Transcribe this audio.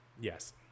Yes